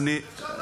ואפשר להגיד,